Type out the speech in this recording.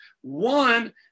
one